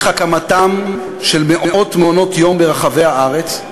הקמתם של מאות מעונות-יום ברחבי הארץ,